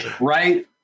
right